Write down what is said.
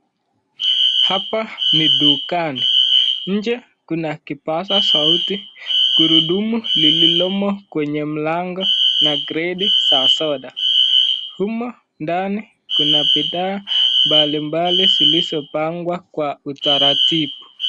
Hapa ni dukani, nje kuna kipaza sauti, gurudumu lililomo kwenye mlango na kreti za soda. Humu ndani kuna bidhaa mbalimbali zilizopangwa kwa utaratibu.